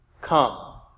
Come